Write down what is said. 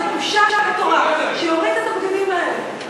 זו בושה לתורה, שיוריד את הבגדים האלה.